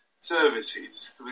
services